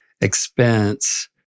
expense